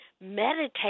meditate